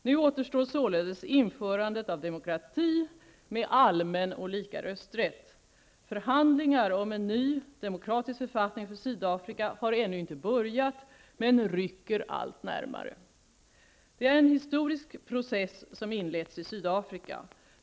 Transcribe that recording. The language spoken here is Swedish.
Nu återstår således införandet av demokrati med allmän och lika rösträtt. Förhandlingar om en ny, demokratisk författning för Sydafrika har ännu inte börjat med rycker allt närmare. Det är en historisk process som inletts i Sydafrika.